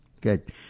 Good